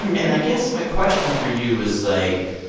and i guess my question for you is, like,